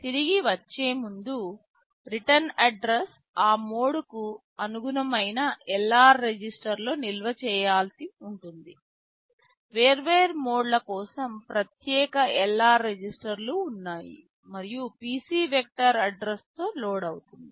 తిరిగి వచ్చే ముందు రిటర్న్ అడ్రసు ఆ మోడ్కు అనుగుణమైన LR రిజిస్టర్లో నిల్వ చేయవలసి ఉంటుంది వేర్వేరు మోడ్ల కోసం ప్రత్యేక LR రిజిస్టర్లు ఉన్నాయి మరియు PC వెక్టర్అడ్రసు తో లోడ్ అవుతుంది